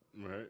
Right